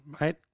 Mate